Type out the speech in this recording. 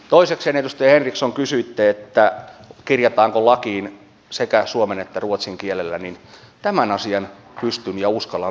toisekseen edustaja henriksson kun kysyitte kirjataanko lakiin sekä suomen että ruotsin kielellä niin tämän asian pystyn ja uskallan luvata